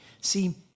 See